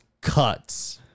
cuts